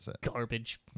Garbage